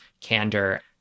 candor